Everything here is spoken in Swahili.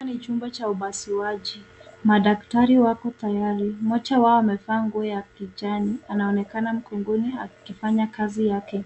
Huu ni jumba cha upasuaji madaktari wako tayari moja wao amevaa nguo ya kijani anaonekana mngongoni akifanya kazi yake,